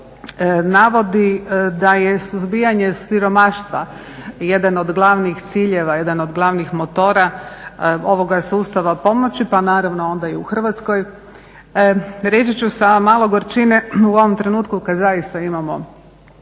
naravno navodi da je suzbijanje siromaštva jedan od glavnih ciljeva, jedan od glavnih motora ovoga sustava pomoći pa naravno onda i u Hrvatskoj, reći ću sa malo gorčine u ovom trenutku kad zaista imamo